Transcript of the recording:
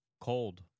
cold